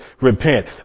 repent